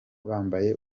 bambaye